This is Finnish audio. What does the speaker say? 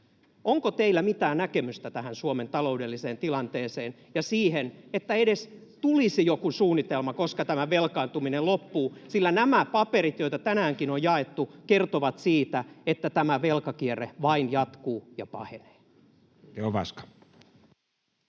Onko teillä mitään näkemystä tähän Suomen taloudelliseen tilanteeseen ja siihen, että tulisi edes joku suunnitelma, koska tämä velkaantuminen loppuu? Sillä nämä paperit, joita tänäänkin on jaettu, kertovat siitä, että tämä velkakierre vain jatkuu ja pahenee.